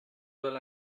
well